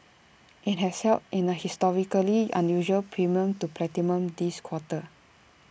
IT has held in A historically unusual premium to platinum this quarter